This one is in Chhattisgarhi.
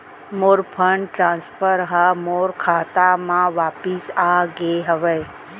मोर फंड ट्रांसफर हा मोर खाता मा वापिस आ गे हवे